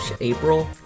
April